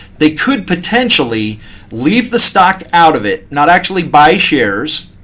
they could potentially leave the stock out of it, not actually buy shares.